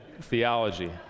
theology